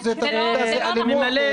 זה לא נכון,